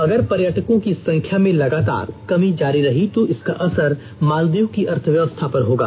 अगर पर्यटकों की संख्या में लगातार कमी जारी रही तो इसका असर मालदीव की अर्थवस्था पर होगा